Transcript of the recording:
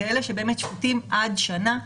אלה שבאמת שפוטים עד שנה.